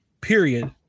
period